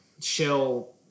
shell